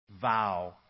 vow